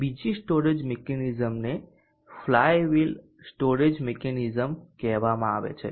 બીજી સ્ટોરેજ મિકેનિઝમને flywheel storage mechanism કહેવામાં આવે છે